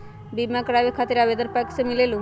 बिमा कराबे खातीर आवेदन बैंक से मिलेलु?